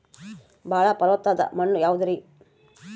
ಬಾಳ ಫಲವತ್ತಾದ ಮಣ್ಣು ಯಾವುದರಿ?